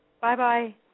Bye-bye